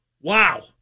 wow